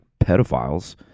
pedophiles